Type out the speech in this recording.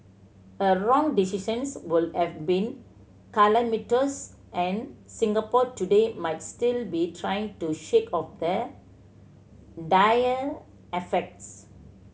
a wrong decisions would have been calamitous and Singapore today might still be trying to shake off the dire effects